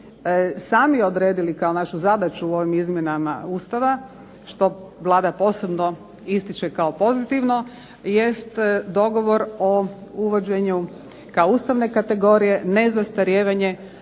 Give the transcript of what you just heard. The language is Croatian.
sami odredili kao našu zadaću u ovim izmjenama Ustava, što Vlada posebno ističe kao pozitivno, jest dogovor o uvođenju kao ustavne kategorije nezastarijevanje